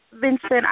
Vincent